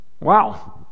Wow